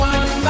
One